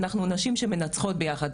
אנחנו נשים שמנצחות ביחד,